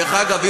דרך אגב,